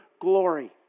glory